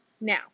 now